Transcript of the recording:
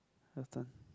your turn